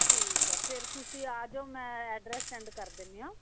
ਠੀਕ ਐ ਫੇਰ ਤੁਸੀਂ ਆਜੋ ਮੈਂ ਐਡਰੈਸ ਸੈਂਡ ਕਰ ਦਿੰਨੇ ਆਂ